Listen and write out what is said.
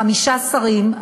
חמישה שרים,